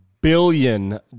billion